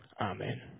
Amen